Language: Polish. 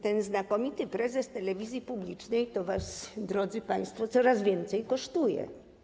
Ten znakomity prezes telewizji publicznej was, drodzy państwo, coraz więcej kosztuje.